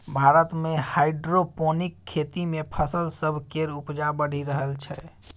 भारत मे हाइड्रोपोनिक खेती सँ फसल सब केर उपजा बढ़ि रहल छै